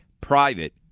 Private